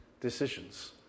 decisions